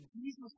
Jesus